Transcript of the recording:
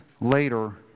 later